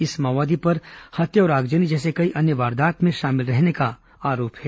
इस माओवादी पर हत्या और आगजनी जैसे कई अन्य वारदातों में शामिल रहने का आरोप है